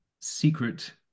secret